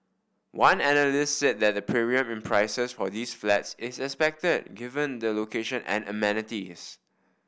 one analyst said that the premium in prices for these flats is expected given the location and amenities